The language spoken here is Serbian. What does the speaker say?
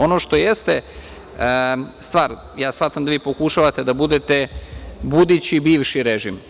Ono što jeste stvar, ja shvatam da vi pokušavate da budete budući bivši režim.